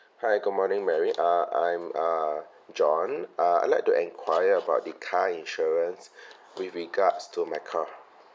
hi good morning mary uh I'm uh john uh I'd like to enquire about the car insurance with regards to my car